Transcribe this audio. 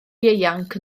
ieuanc